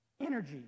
energy